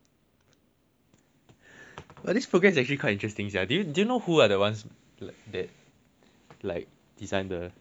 well this program is actually quite interesting sia do do you know who are the ones that design the design this program